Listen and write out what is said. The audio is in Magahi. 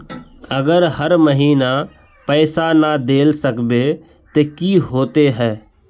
अगर हर महीने पैसा ना देल सकबे ते की होते है?